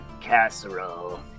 casserole